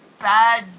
bad